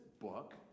book